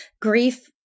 Grief